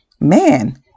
man